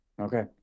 okay